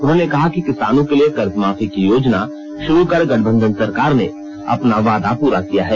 उन्होने कहा कि किसानों के लिए कर्ज माफी की योजना शुरू कर गठबंधन सरकार ने अपना वादा पूरा किया है